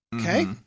Okay